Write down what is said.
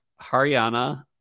Haryana